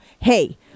hey